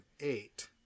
eight